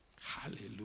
Hallelujah